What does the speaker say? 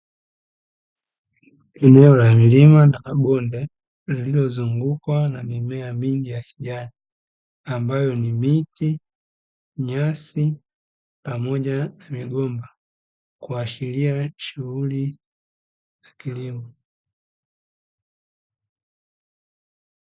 Eneo la milima na mabonde lililozungukwa na mimea mingi ya kijani, ambayo ni miti, nyasi pamoja na migomba, kuashiria shughuli za kilimo.